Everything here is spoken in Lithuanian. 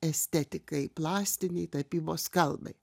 estetikai plastinei tapybos kalbai